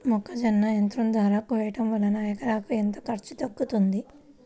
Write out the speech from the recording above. మొక్కజొన్న యంత్రం ద్వారా కోయటం వలన ఎకరాకు ఎంత ఖర్చు తగ్గుతుంది?